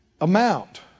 Amount